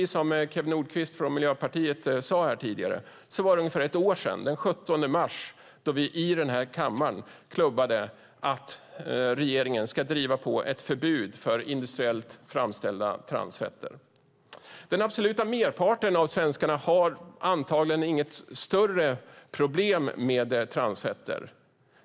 Som Kew Nordqvist från Miljöpartiet sade här tidigare var det ungefär ett år sedan, den 17 mars, som vi i denna kammare klubbade igenom att regeringen ska driva på ett förbud för industriellt framställda transfetter. Den absoluta merparten av svenskarna har antagligen inte något större problem med transfetter.